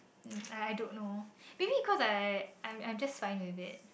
I I don't know maybe because I I'm just fine with it